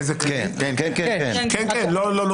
הראשונה לשנייה ושלישית,